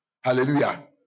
Hallelujah